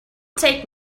take